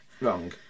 Wrong